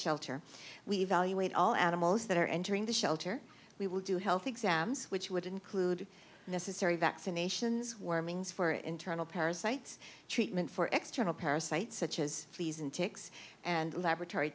shelter we evaluate all animals that are entering the shelter we will do health exams which would include necessary vaccinations warmings for internal parasites treatment for extra parasites such as fleas and ticks and laboratory